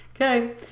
Okay